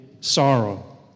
sorrow